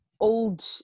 old